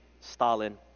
Stalin